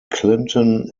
clinton